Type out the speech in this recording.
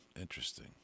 Interesting